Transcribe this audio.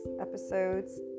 Episodes